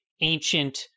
ancient